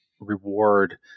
reward